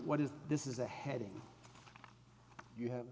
what is this is the heading you have